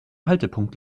haltepunkt